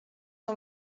que